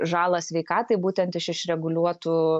žalą sveikatai būtent iš reguliuotų